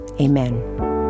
amen